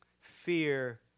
Fear